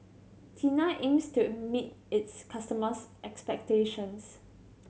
Tena aims to meet its customers' expectations